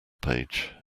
page